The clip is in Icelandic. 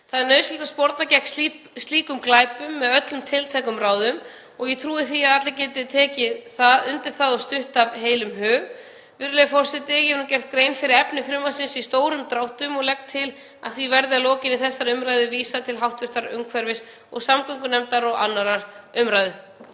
Það er nauðsynlegt að sporna gegn slíkum glæpum með öllu tiltækum ráðum. Ég trúi því að allir geti tekið undir það og stutt af heilum hug. Virðulegi forseti. Ég hef nú gert grein fyrir efni frumvarpsins í stórum dráttum og legg til að því verði að lokinni þessari umræðu vísað til hv. umhverfis- og samgöngunefndar og 2. umr.